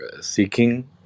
seeking